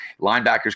linebackers